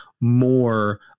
more